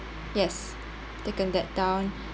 yes taken that down